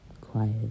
quiet